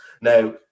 Now